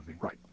Right